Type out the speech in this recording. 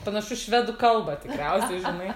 panašu į švedų kalbą tikriausiai žinai